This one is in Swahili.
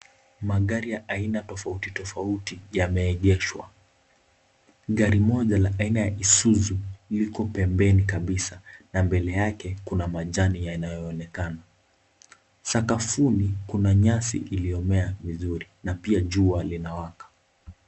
Magari ya aina tofauti tofauti yameegeshwa, gari moja la aina ya isuzu liko pembeni kabisa na mbele yake kuna majani yanayoonekana. Sakafuni kuna nyasi iliyomea vizuri na pia jua linawaka.